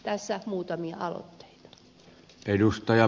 tässä muutamia aloitteita